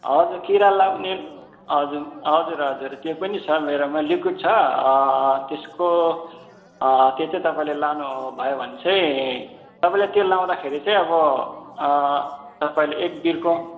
हजुर किरा लाउने हजुर हजुर हजुर त्यो पनि छ मेरोमा लिक्विड छ त्यस्को त्यो चाहिँ तापईँले लानुभयो भने चाहिँ तपाईँले त्यो लाउँदाखेरि चाहिँ अब तपाईँले एक बिर्को